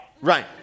Right